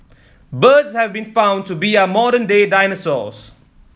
birds have been found to be our modern day dinosaurs